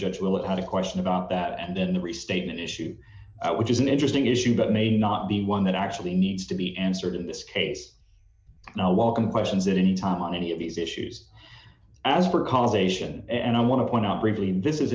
judge will it have a question about that and then the restatement issue which is an interesting issue but may not be one that actually needs to be answered in this case no welcome questions at any time on any of these issues as for causation and i want to point out reviewing this is